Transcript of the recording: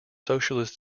socialist